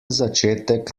začetek